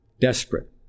Desperate